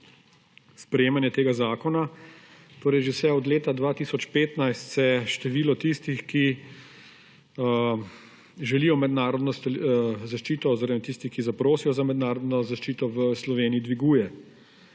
sprejemanje tega zakona. Že vse od leta 2015 se število tistih, ki želijo mednarodno zaščito, oziroma tistih, ki zaprosijo za mednarodno zaščito, v Sloveniji dviguje.